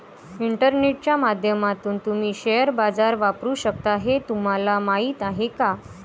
इंटरनेटच्या माध्यमातून तुम्ही शेअर बाजार वापरू शकता हे तुम्हाला माहीत आहे का?